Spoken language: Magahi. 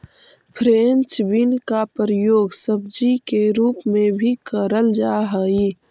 फ्रेंच बीन का प्रयोग सब्जी के रूप में भी करल जा हई